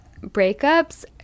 breakups